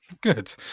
Good